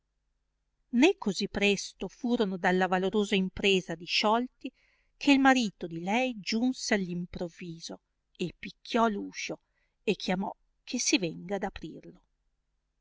né cosi presto furono dalla valorosa impresa disciolti che il marito di lei giunse all improviso e picchiò r uscio e chiamò che si venga ad aprirlo